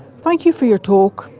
thank you for your talk,